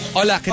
Hola